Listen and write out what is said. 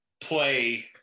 play